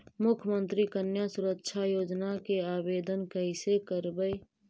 मुख्यमंत्री कन्या सुरक्षा योजना के आवेदन कैसे करबइ?